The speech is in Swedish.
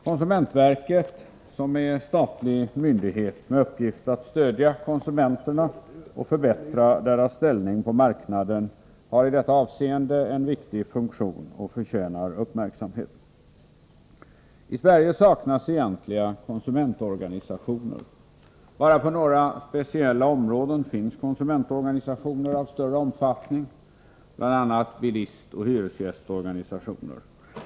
Konsumentverket, som är en statlig myndighet med uppgift att stödja konsumenterna och förbättra deras ställning på marknaden, har i detta avseende en viktig funktion och förtjänar uppmärksamhet. I Sverige saknas egentliga konsumentorganisationer. Bara på några speciella områden finns konsumentorganisationer av större omfattning, bl.a. bilistoch hyresgästorganisationer.